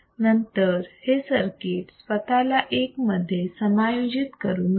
नंतर हे सर्किट स्वतःला 1 मध्ये समायोजित करून घेते